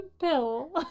pill